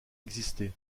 existé